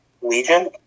Legion